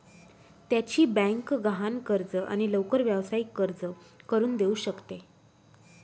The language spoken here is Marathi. त्याची बँक गहाण कर्ज आणि लवकर व्यावसायिक कर्ज करून देऊ शकते